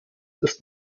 ist